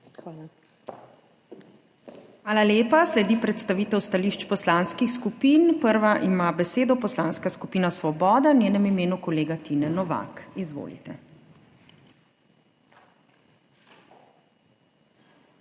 Hvala lepa. Sledi predstavitev stališč poslanskih skupin. Prva ima besedo Poslanska skupina Svoboda, v njenem imenu kolega Tine Novak. Izvolite. **TINE